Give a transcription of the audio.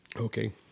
Okay